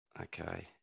Okay